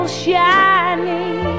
shining